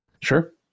Sure